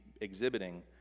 exhibiting